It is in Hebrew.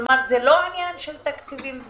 זה לא עניין של תקציבים.